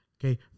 Okay